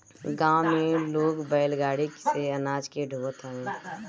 गांव में लोग बैलगाड़ी से अनाज के ढोअत हवे